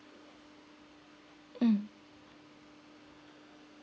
mm